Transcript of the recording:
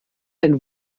ein